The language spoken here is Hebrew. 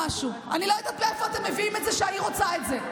אני לא יודעת מאיפה אתם מביאים את זה שהעיר רוצה את זה.